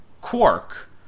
Quark